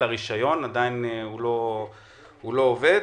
הוא עדיין לא עובד.